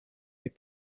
mais